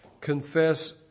Confess